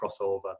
crossover